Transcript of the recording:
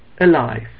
alive